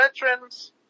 Veterans